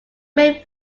main